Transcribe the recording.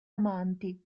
amanti